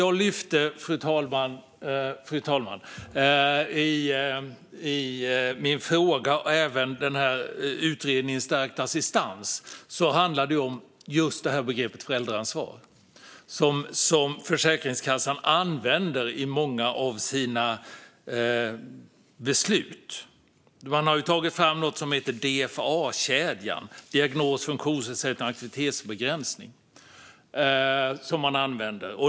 En stor del i min fråga och även i utredningen Stärkt rätt till personlig assistans handlar om just begreppet föräldraansvar, som Försäkringskassan använder i många av sina beslut. Försäkringskassan har tagit fram och använder något som heter DFA-kedjan, det vill säga diagnos, funktionsnedsättning, aktivitetsbegränsning.